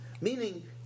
meaning